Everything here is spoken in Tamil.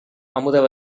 அமுத